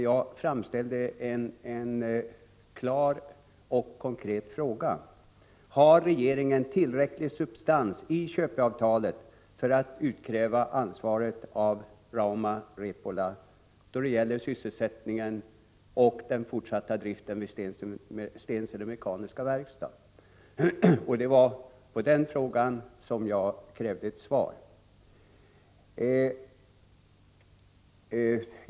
Jag framställde en klar och konkret fråga: Har regeringen tillräcklig substans i köpeavtalet för att utkräva ansvaret av Rauma Repola då det gäller sysselsättningen och den fortsatta driften vid Stensele Mekaniska Verkstad? — Det var på den frågan som jag krävde ett svar.